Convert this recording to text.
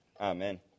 Amen